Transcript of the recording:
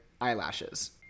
eyelashes